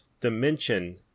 Dimension